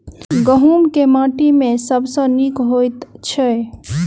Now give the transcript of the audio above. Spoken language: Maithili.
गहूम केँ माटि मे सबसँ नीक होइत छै?